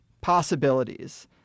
possibilities